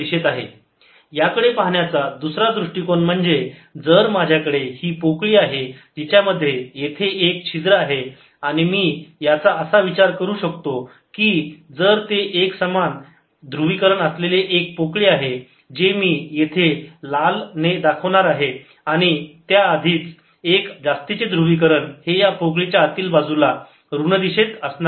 E P30zFor inner cavity dipole of P 4π3R13Pz याकडे पाहण्याचा दुसरा दृष्टिकोन म्हणजे जर माझ्याकडे ही पोकळी आहे जिच्यामध्ये येथे एक छिद्र आहे मी याचा असा विचार करू शकतो की जर ते एक एक समान ध्रुवीकरण असलेली एक पोकळी आहे जे मी येथे लाल मी दाखवणार आहे आणि त्या अधिक एक जास्तीचे ध्रुवीकरण हे पोकळीच्या आतील बाजूला ऋण दिशेत असणार आहे